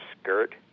skirt